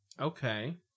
okay